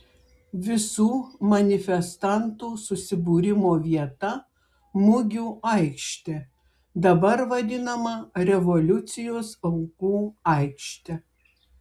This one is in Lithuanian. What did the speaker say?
visų manifestantų susibūrimo vieta mugių aikštė dabar vadinama revoliucijos aukų aikšte